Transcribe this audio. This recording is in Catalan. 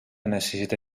necessita